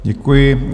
Děkuji.